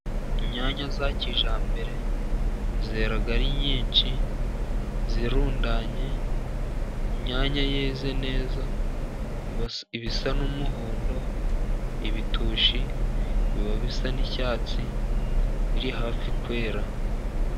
Inyanya za kijyambere zera ari nyinshi zirundanye. Inyanya zeze neza, ziba zisa n'umuhondo. Ibitusha biba bisa n'icyatsi biri hafi kwera.